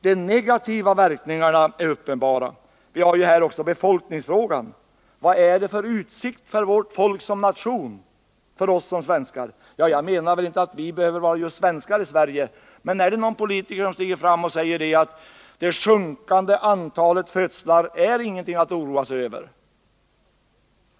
De negativa verkningarna är uppenbara — vi har ju också att tänka på befolkningsfrågan. Vad finns det för utsikter för vårt folk — som nation, som svenskar? Jag menar inte att vi behöver vara just svenskar i Sverige, men är det någon politiker som stiger fram och säger att det sjunkande antalet födslar är ingenting att oroa sig över?